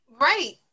right